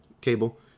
Cable